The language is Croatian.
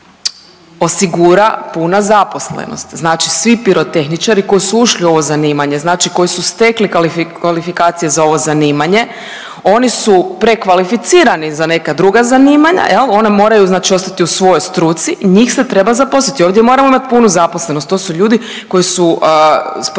osigura puna zaposlenost znači svi pirotehničari koji su ušli u ovo zanimanje, znači koji su stekli kvalifikacije za ovo zanimanje, oni su prekvalificirani za neka druga zanimanja jel, oni moraju znači ostati u svojoj struci i njih se treba zaposliti, ovdje moramo imat punu zaposlenost, to su ljudi koji su